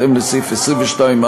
בהתאם לסעיף 22(א)